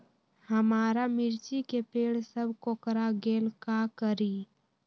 हमारा मिर्ची के पेड़ सब कोकरा गेल का करी?